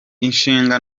ishinga